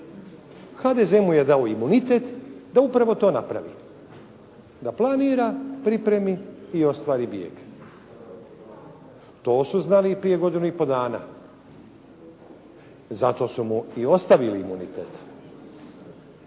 HDZ mu je dao imunitet da upravo to napravi, da planira, pripremi i ostvari bijeg. To su znali i prije godinu i pol dana. Zato su mu i ostavili imunitet.